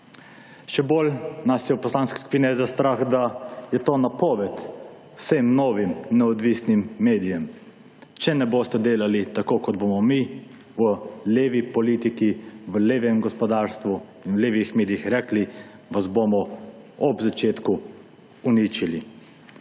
Še bolj nas je v Poslanski skupini SDS strah, da je to napoved vsem novim neodvisnim medijem, če ne boste delali tako kot bomo mi v levi politiki, v levem gospodarstvu in v levih medijih rekli, vas bomo ob začetku uničili.